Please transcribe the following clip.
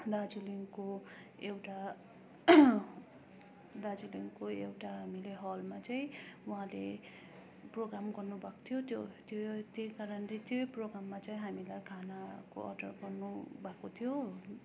दार्जिलिङको एउटा दार्जिलिङको एउटा हामीले हलमा चाहिँ उहाँले प्रोग्राम गर्नुभएको थियो त्यो त्यो त्यही कारणले त्यही प्रोग्राममा चाहिँ हामीलाई खानाको अर्डर गर्नुभएको थियो